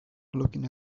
looking